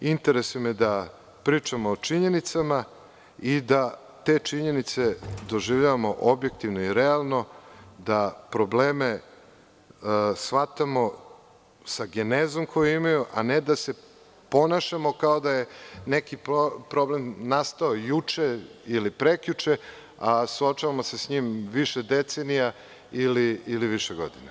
Interesuje me da pričamo o činjenicama i da te činjenice doživljavamo objektivno i realno, da probleme shvatamo sa genezom koju imaju, a ne da se ponašamo kao da je neki problem nastao juče ili prekjuče, a suočavamo se sa njim više decenija, ili više godina.